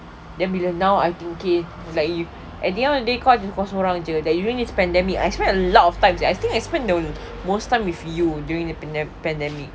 then bila now I'm thinking like at the end of the day kau seorang jer during this pandemic I spend a lot of time jer I think I spend the most time with you during the pandemic